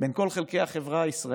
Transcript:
בין כל חלקי החברה הישראלית